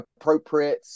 appropriate